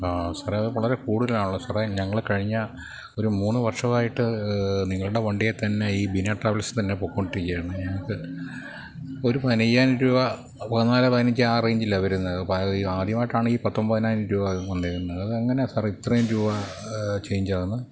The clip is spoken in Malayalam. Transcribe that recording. സാറേ അത് വളരെ കൂടുതലാണല്ലോ സാറേ ഞങ്ങള് കഴിഞ്ഞ ഒരു മൂന്ന് വർഷമായിട്ട് നിങ്ങളുടെ വണ്ടിയെ തന്നെ ഈ ബീന ട്രാവെൽസില് തന്നെ പൊയ്ക്കൊണ്ടിരിക്കുകയാണ് ഞങ്ങള്ക്ക് ഒരു പതിനയ്യായിരം രൂപ പതിനാലെ പതിനഞ്ചെ ആ റേഞ്ചിലാണ് വരുന്നത് അപ്പോഴത് ആദ്യമായിട്ടാണ് ഈ പത്തൊമ്പതിനായിരം രൂപ വന്നിരിക്കുന്നെ അതെങ്ങനാ സാറെ ഇത്രയും രൂപ ചെയ്ഞ്ചാവുന്നത്